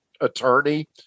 attorney